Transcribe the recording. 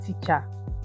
teacher